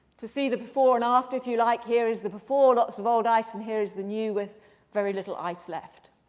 to see the before and after, if you like, here is the before. lots of old ice. and here is the new with very little ice left.